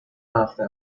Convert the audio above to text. رفته